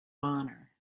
honor